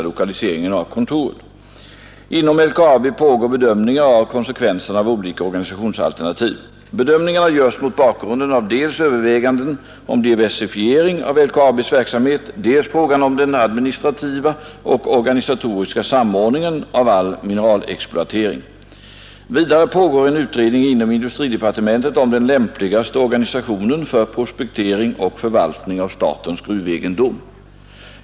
Inom LKAB pågår bedömningar av konsekvenserna av olika organisationsalternativ. Bedömningarna görs mot bakgrunden av dels överväganden om diversifiering av LKAB:s verksamhet, dels frågan om den administrativa och organisatoriska samordningen av all mineralexploatering. Vidare pågår en utredning inom industridepartementet om den lämpligaste organisationen för prospektering och förvaltning av statens gruvegendom.